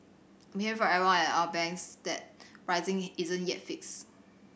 I'm hear from everyone at other banks that pricing isn't yet fixed